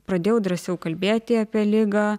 pradėjau drąsiau kalbėti apie ligą